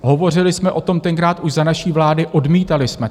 Hovořili jsme o tom tenkrát už za naší vlády, odmítali jsme to.